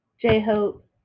J-Hope